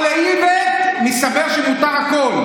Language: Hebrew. אבל אתם, אבל לאיווט, מסתבר, מותר הכול.